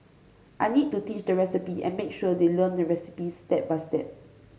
I need to teach the recipe and make sure they learn the recipes step by step